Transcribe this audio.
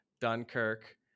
Dunkirk